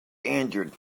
injured